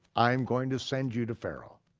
i am going to send you to pharaoh.